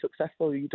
successful